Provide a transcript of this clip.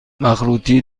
مخروطی